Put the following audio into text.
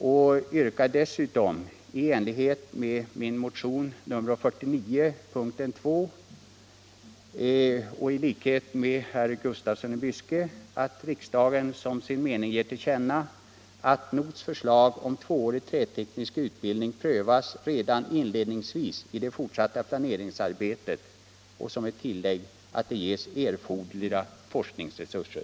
Dessutom yrkar jag, i enlighet med min motion nr 49 punkten 2 och i likhet med herr Gustafsson i Byske bifall till motionen 1871 punkten 4 och motionen 536, vilket innebär att riksdagen som sin mening bör ge till känna att NOTH:s förslag om tvåårig träteknisk utbildning skall prövas redan inledningsvis i det fortsatta planeringsarbetet och dessutom ges erforderliga forskningsresurser.